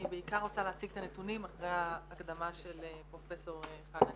אני בעיקר רוצה להציג את הנתונים אחרי ההקדמה של פרופ' חנה הרצוג.